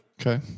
Okay